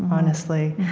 honestly.